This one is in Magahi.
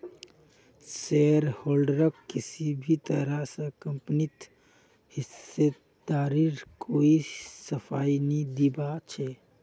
शेयरहोल्डरक किसी भी तरह स कम्पनीत हिस्सेदारीर कोई सफाई नी दीबा ह छेक